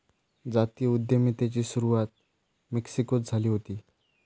जाती उद्यमितेची सुरवात मेक्सिकोत झाली हुती